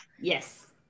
Yes